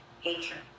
hatred